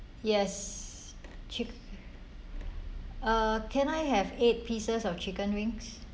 yes chick~ uh can I have eight pieces of chicken wings